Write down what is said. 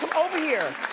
over here.